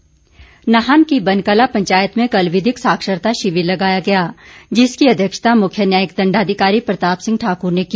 विधिक शिविर नाहन की बनकला पंचायत में कल विधिक साक्षरता शिविर लगाया गया जिसकी अध्यक्षता मुख्य न्यायिक दण्डाधिकारी प्रताप सिंह ठाकुर ने की